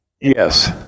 Yes